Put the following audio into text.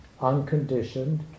unconditioned